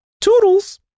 Toodles